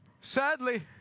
Sadly